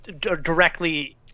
directly